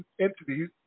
entities